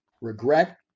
regret